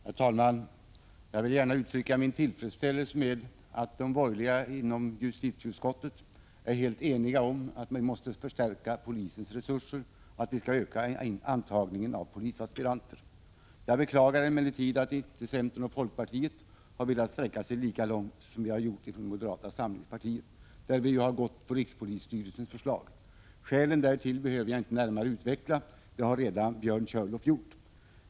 Herr talman! Jag vill gärna uttrycka min tillfredsställelse med att de borgerliga inom justitieutskottet är helt eniga om att vi måste förstärka polisens resurser och öka antagningen av polisaspiranter. Jag beklagar emellertid att centern och folkpartiet inte har velat sträcka sig lika långt som moderata samlingspartiet. Vi har anslutit oss till rikspolisstyrelsens förslag. Skälen behöver jag inte närmare utveckla, det har Björn Körlof redan gjort.